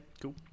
Cool